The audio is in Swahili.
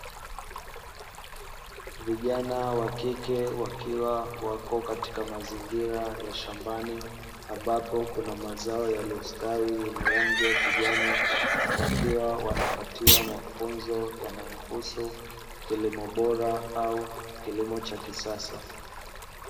Vijana wa kike wakiwa wako katika mazingira ya shambani, ambapo kuna mazao yaliyostawi yenye rangi ya kijani wakiwa wanapatiwa mafunzo yanayohusu kilimo bora au kilimo cha kisasa.